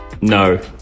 No